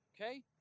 okay